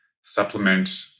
supplement